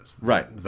Right